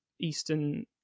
Eastern